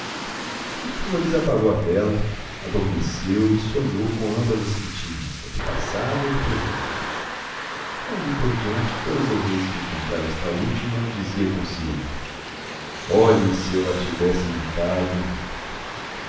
o flores apagou a vela adormeceu e sonhou com ambas as ritinhas a do passado e a do presente dali por diante todas as vezes que encontrava esta última dizia consigo olhem se eu a tivesse matado